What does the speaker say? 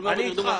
אני איתך.